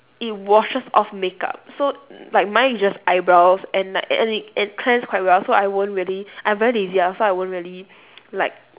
it washes off makeup so like mine is just eyebrows and like and it and it cleanse quite well so I won't really I'm very lazy ah so I won't really like